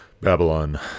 Babylon